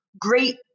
great